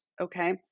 okay